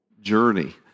journey